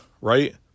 right